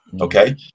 Okay